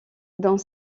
dans